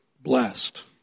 blessed